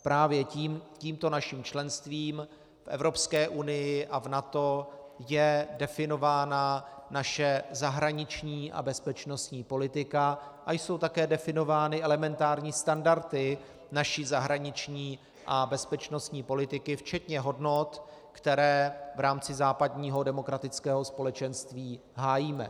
Právě tímto naším členstvím v Evropské unii a v NATO je definována naše zahraniční a bezpečnostní politika a jsou také definovány elementární standardy naší zahraniční a bezpečnostní politiky včetně hodnot, které v rámci západního demokratického společenství hájíme.